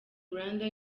rwanda